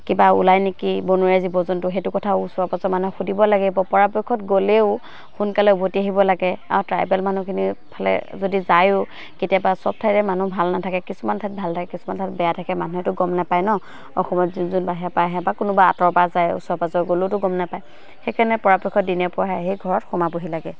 কিবা ওলাই নেকি বনৰীয়া জীৱ জন্তু সেইটো কথা ওচৰৰ পাজৰৰ মানুহ সুধিব লাগিব পৰাপক্ষত গ'লেও সোনকালে উভতি আহিব লাগে আৰু ট্ৰাইবেল মানুহখিনিৰ ফালে যদি যায়ো কেতিয়াবা চব ঠাইৰে মানুহ ভাল নাথাকে কিছুমান ঠাইত ভাল থাকে কিছুমান ঠাইত বেয়া থাকে মানুহেতো গম নাপায় ন অসমত যোন যোন বাহিৰৰপৰা আহে বা কোনোবা আঁতৰৰ পৰা যায় ওচৰে পাজৰৰ গ'লেওতো গম নাপায় সেইকাৰণে পৰাপক্ষত দিনে পোহৰে আহি ঘৰত সোমাবহি লাগে